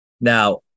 Now